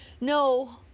No